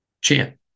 Champ